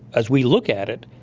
as we look at it,